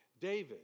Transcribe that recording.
David